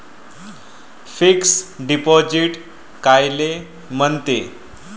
Fix deposit कायले म्हनते?